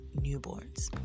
Newborns